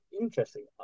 Interesting